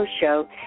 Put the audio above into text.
Show